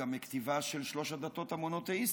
גם מכתיבה של שלוש הדתות המונותיאיסטיות,